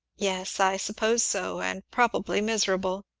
yes, i suppose so and probably miserable.